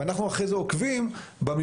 ואנחנו אחרי כן עוקבים במימוש.